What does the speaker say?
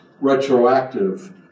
retroactive